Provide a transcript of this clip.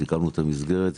סיכמנו את המסגרת,